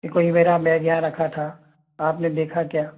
कि कोई मेरा बैग यहाँ रखा था आपने देखा क्या